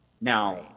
now